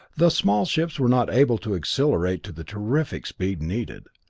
the small ships were not able to accelerate to the terrific speed needed.